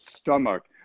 stomach